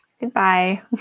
Goodbye